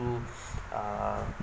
to uh